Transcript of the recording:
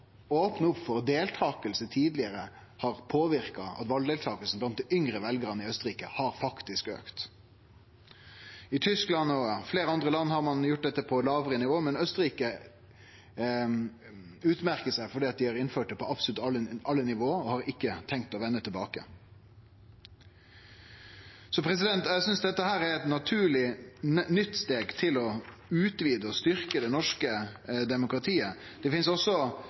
opp for deltaking tidlegare har gjort at valdeltakinga blant dei yngre veljarane i Austerrike faktisk har auka. I Tyskland og i fleire andre land har ein gjort dette på lågare nivå, men Austerrike utmerkjer seg fordi dei har innført det på absolutt alle nivå, og dei har ikkje tenkt å vende tilbake. Eg synest dette er eit naturleg nytt steg for å utvide og styrkje det norske demokratiet. Det finst også